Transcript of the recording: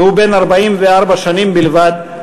והוא בן 44 שנים בלבד,